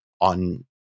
on